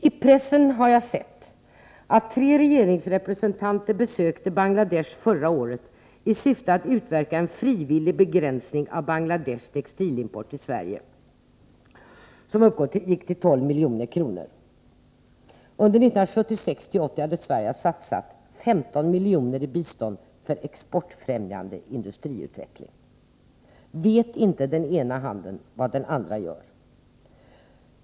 I pressen har jag sett att tre regeringsrepresentanter besökte Bangladesh förra året i syfte att utverka en frivillig begränsning av textilimporten från Bangladesh till Sverige, vilken uppgick till 12 milj.kr. Under tiden 1976-1980 hade Sverige satsat 15 miljoner i bistånd för exportfrämjande industriutveckling. Vet inte den ena handen vad den andra gör?